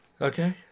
Okay